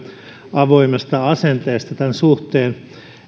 avoimesta asenteesta tämän suhteen